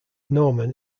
norman